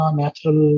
natural